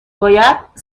باید